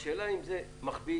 השאלה אם זה מכביד,